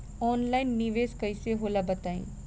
Online निवेस कइसे होला बताईं?